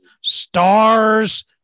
stars